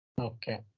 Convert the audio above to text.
Okay